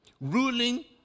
ruling